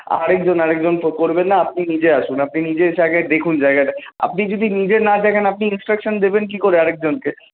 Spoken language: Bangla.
আরেকজন আরেকজন করবেন না আপনি নিজে আসুন আপনি নিজে এসে আগে দেখুন জায়গাটা আপনি যদি নিজে না দেখেন আপনি ইন্সট্রাকশান দেবেন কি করে আরেকজনকে